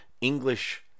English